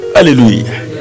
Hallelujah